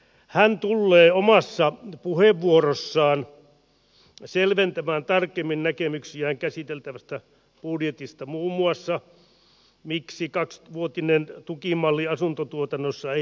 hän tullee omassa puheenvuorossaan selventämään tarkemmin näkemyksiään käsiteltävästä budjetista muun muassa miksi kaksikymmentävuotinen tukimalli asuntotuotannossa ei toteudukaan